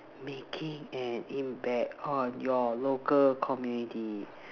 making an impact on your local community